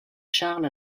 charles